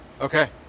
Okay